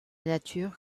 nature